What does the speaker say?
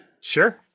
Sure